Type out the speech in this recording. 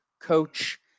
coach